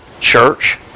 church